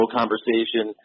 conversation